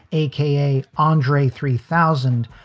a k a. andre three thousand,